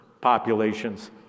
populations